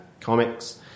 comics